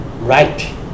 right